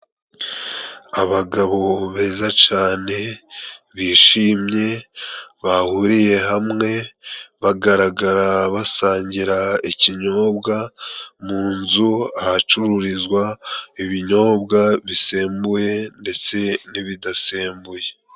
Abagabo beza cane bishimye bahuriye hamwe bagaragara ,basangira ikinyobwa mu nzu ahacururizwa ibinyobwa bisembuye ndetse n'ibidasembuye.